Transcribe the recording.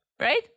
Right